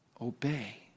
Obey